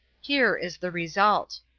here is the result